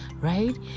right